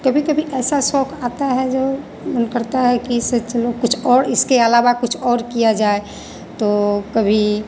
कभी कभी ऐसा शौक़ आता है जो मन करता है कि इससे चलो कुछ और इसके अलावा कुछ और किया जाए तो कभी